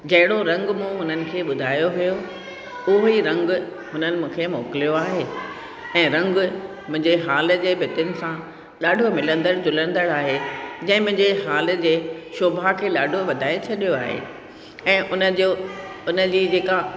जहिड़ो रंग मूं हुननि खे ॿुधायो हुओ उहो ई रंग हुननि मूंखे मोकिलियो आहे ऐं रंग मुंहिंजे हॉल जे भितुनि सां ॾाढो मिलंदड़ु जुलंदड़ु आहे जंहिं मुंहिंजे हॉल जे शोभा खे ॾाढो वधाए छॾियो ऐं उनजो उनजी जेका